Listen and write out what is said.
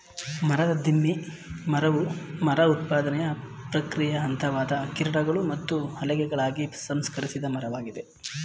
ಮರದ ದಿಮ್ಮಿ ಮರವು ಮರ ಉತ್ಪಾದನೆಯ ಪ್ರಕ್ರಿಯೆಯ ಹಂತವಾದ ಕಿರಣಗಳು ಮತ್ತು ಹಲಗೆಗಳಾಗಿ ಸಂಸ್ಕರಿಸಿದ ಮರವಾಗಿದೆ